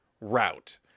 route